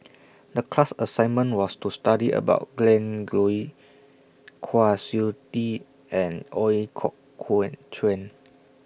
The class assignment was to study about Glen Goei Kwa Siew Tee and Ooi Kok Chuen